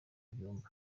byumba